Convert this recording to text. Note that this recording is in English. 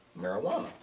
marijuana